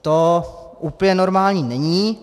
To úplně normální není.